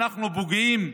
אנחנו פוגעים?